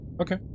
Okay